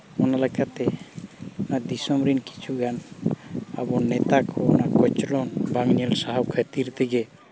ᱚᱱᱟ ᱞᱮᱠᱟᱛᱮ ᱚᱱᱟ ᱫᱤᱥᱚᱢ ᱨᱮᱱ ᱠᱤᱪᱷᱩ ᱜᱟᱱ ᱟᱵᱚ ᱱᱮᱛᱟ ᱠᱚ ᱚᱱᱟ ᱠᱚᱪᱞᱚᱱ ᱵᱟᱝ ᱧᱮᱞ ᱥᱟᱦᱟᱣ ᱠᱷᱟᱹᱛᱤᱨ ᱛᱮᱜᱮ